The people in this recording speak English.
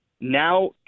now